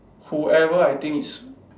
whoever I think is